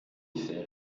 effet